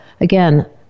again